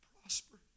prosper